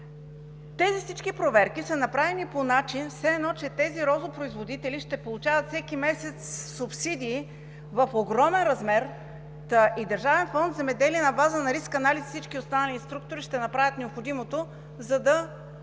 Тези всички проверки са направени по начин все едно, че тези розопроизводители ще получават всеки месец субсидии в огромен размер, та и Държавен фонд „Земеделие“ на база на риск анализ и всички останали структури ще направят необходимото, за да